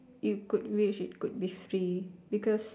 you could wish it could be free because